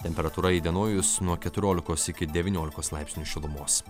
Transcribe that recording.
temperatūra įdienojus nuo keturiolikos iki devyniolikos laipsnių šilumos